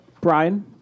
Brian